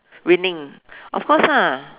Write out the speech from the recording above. winning of course ah